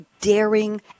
daring